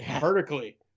vertically